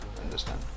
understand